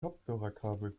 kopfhörerkabel